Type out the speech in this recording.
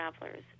travelers